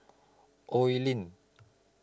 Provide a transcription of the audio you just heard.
Oi Lin